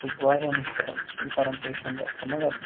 سُہ چھِ واریاہ مُشکل کَران پیشَںٛٹَس تہٕ مگر